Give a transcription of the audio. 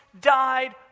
died